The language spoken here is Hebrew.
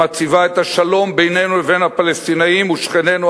המציבה את השלום בינינו לבין הפלסטינים ושכנינו